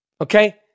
okay